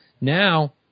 now